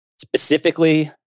Specifically